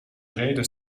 reden